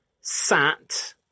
sat